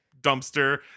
dumpster